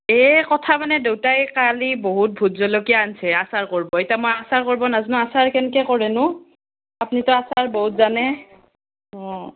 এই কথা মানে দেউতাই কালি বহুত ভোট জলকীয়া আনিছে আচাৰ কৰিব এতিয়া মই আচাৰ কৰিব নাজানো আচাৰ কেনেকৈ কৰেনো আপুনিতো আচাৰ বহুত জানে অঁ